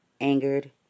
angered